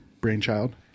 brainchild